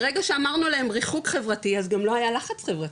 ברגע שאמרנו להם ריחוק חברתי אז גם לא היה לחץ חברתי.